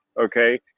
Okay